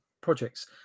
projects